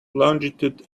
longitude